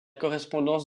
correspondance